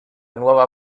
nuova